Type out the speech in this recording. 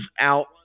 out